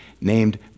named